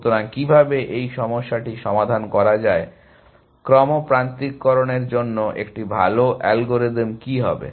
সুতরাং কিভাবে এই সমস্যাটি সমাধান করা যায় ক্রম প্রান্তিককরণের জন্য একটি ভাল অ্যালগরিদম কী হবে